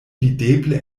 videble